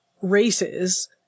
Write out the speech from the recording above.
races